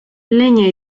leña